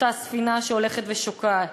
אותה ספינה שהולכת ושוקעת.